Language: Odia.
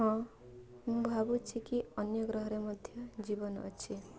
ହଁ ମୁଁ ଭାବୁଛି କି ଅନ୍ୟ ଗ୍ରହରେ ମଧ୍ୟ ଜୀବନ ଅଛି